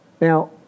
Now